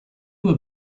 were